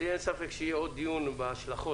אין לי ספק שיהיה עוד דיון על ההשלכות.